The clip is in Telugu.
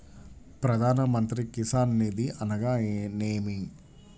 ప్రధాన మంత్రి కిసాన్ నిధి అనగా నేమి?